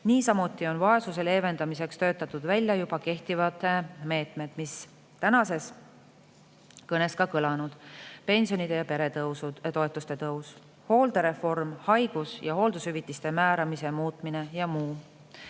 Niisamuti on vaesuse leevendamiseks töötatud välja juba kehtivad meetmed, mis tänases kõnes ka kõlanud: pensionide ja peretoetuste tõus, hooldereform, haigus‑ ja hooldushüvitiste määramise muutmine ja muu.